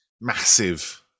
massive